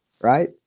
right